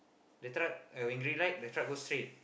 the truck uh when green light the truck go straight